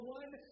one